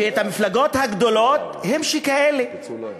שהמפלגות הגדולות הן כאלה.